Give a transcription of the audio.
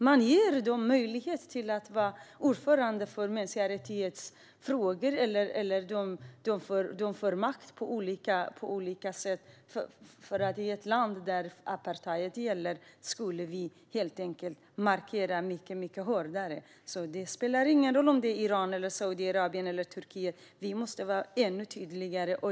Man ger Saudiarabien möjligheten att vara ordförande för frågor om mänskliga rättigheter. De får makt på olika sätt, men vi borde markera mycket hårdare mot ett land där apartheid gäller. Det spelar ingen roll om det är Iran, Saudiarabien eller Turkiet. Vi måste vara ännu tydligare.